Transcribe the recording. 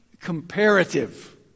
comparative